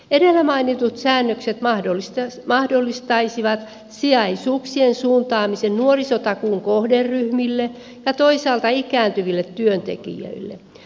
edellä mainitut säännökset mahdollistaisivat sijaisuuksien suuntaamisen nuorisotakuun kohderyhmille ja toisaalta ikääntyville työntekijöille